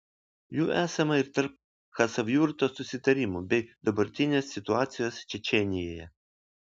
jų esama ir tarp chasavjurto susitarimų bei dabartinės situacijos čečėnijoje